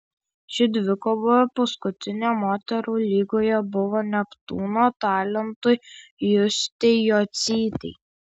ši dvikova paskutinė moterų lygoje buvo neptūno talentui justei jocytei